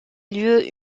lieu